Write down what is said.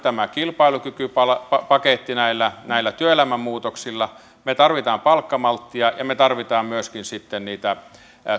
tämän kilpailukykypaketin näillä näillä työelämän muutoksilla me tarvitsemme palkkamalttia ja me tarvitsemme myöskin niitä